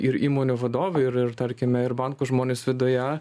ir įmonių vadovai ir ir tarkime ir banko žmonės viduje